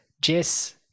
Jess